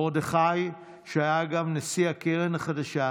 מרדכי, שהיה גם נשיא הקרן החדשה,